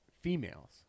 females